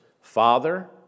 Father